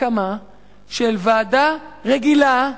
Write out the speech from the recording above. הקמה של ועדה רגילה,